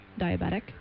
diabetic